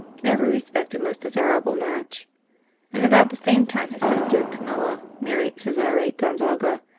in every respect a most desirable match and about the same time his sister, camilla, married cesare gonzaga,